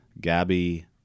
Gabby